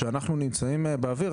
כשאנחנו נמצאים באוויר,